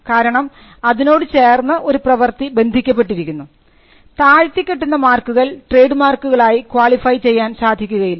കാരണം അതിനോട് ചേർന്ന് ഒരു പ്രവർത്തി ബന്ധിക്കപ്പെട്ടിരിക്കുന്നു താഴ്ത്തിക്കെട്ടുന്ന മാർക്കുകൾ ട്രേഡ് മാർക്കുകളായി ക്വാളിഫൈ ചെയ്യാൻ സാധിക്കുകയില്ല